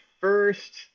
first